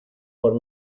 por